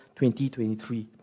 2023